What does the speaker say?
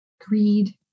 greed